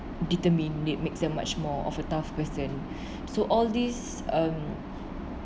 determined it makes them much more of a tough person so all these um